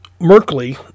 Merkley